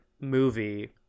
movie